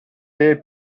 tee